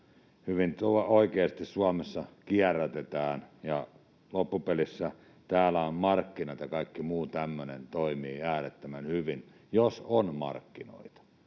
hyvin oikeasti Suomessa kierrätetään, ja loppupelissä täällä markkinat ja muu tämmöinen toimivat äärettömän hyvin — jos on markkinoita.